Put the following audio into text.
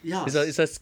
ya s~